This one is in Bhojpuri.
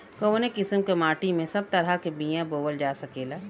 कवने किसीम के माटी में सब तरह के बिया बोवल जा सकेला?